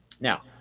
Now